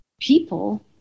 People